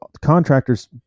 contractor's